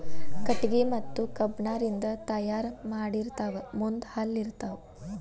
ಕಟಗಿ ಮತ್ತ ಕಬ್ಬಣ ರಿಂದ ತಯಾರ ಮಾಡಿರತಾರ ಮುಂದ ಹಲ್ಲ ಇರತಾವ